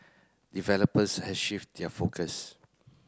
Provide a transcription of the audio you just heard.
developers has shift their focus